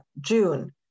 June